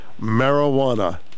marijuana